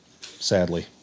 Sadly